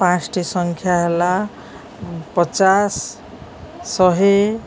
ପାଞ୍ଚଟି ସଂଖ୍ୟା ହେଲା ପଚାଶ ଶହେ